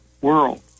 world